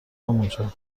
اونجا